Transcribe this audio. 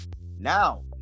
Now